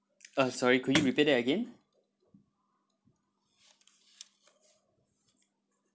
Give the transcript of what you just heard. uh sorry could you repeat that again